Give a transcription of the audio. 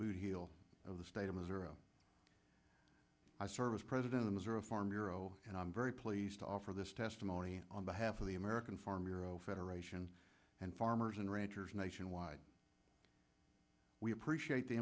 boot heel of the state of missouri i serve as president of missouri farm bureau and i'm very pleased to offer this testimony on behalf of the american farm bureau federation and farmers and ranchers nationwide we appreciate the